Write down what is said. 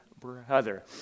brother